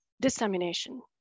dissemination